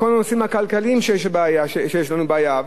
כל הנושאים הכלכליים שיש לנו בעיה,